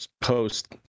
post